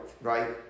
right